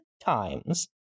times